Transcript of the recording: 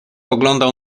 oglądał